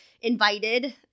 invited